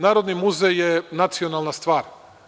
Narodni muzej je nacionalna stvar.